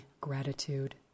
gratitude